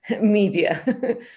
media